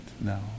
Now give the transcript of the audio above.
now